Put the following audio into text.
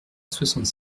soixante